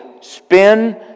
spin